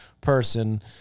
person